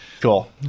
cool